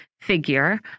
Figure